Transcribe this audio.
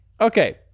Okay